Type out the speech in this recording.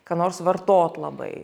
ką nors vartot labai